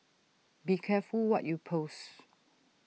be careful what you post